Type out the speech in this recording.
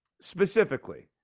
Specifically